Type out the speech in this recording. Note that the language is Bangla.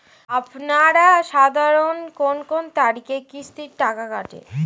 আপনারা সাধারণত কোন কোন তারিখে কিস্তির টাকা কাটে?